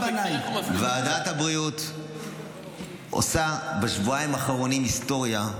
ועדת הבריאות עושה בשבועיים האחרונים היסטוריה.